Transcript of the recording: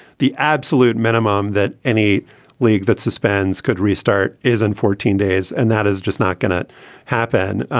the absolute minimum that any league that suspends could restart is in fourteen days. and that is just not going to happen.